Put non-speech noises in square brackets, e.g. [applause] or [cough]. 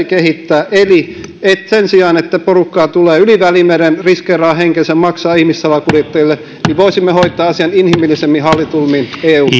[unintelligible] kehittää eli sen sijaan että porukkaa tulee yli välimeren riskeeraa henkensä ja maksaa ihmissalakuljettajille voisimme hoitaa asian inhimillisemmin ja hallitummin eun [unintelligible]